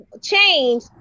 change